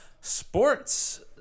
sports